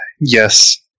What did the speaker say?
Yes